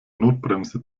notbremse